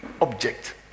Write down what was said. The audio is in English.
object